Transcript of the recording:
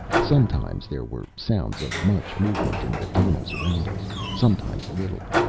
sometimes there were sounds of much movement in the tunnels around us sometimes little.